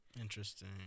Interesting